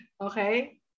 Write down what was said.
Okay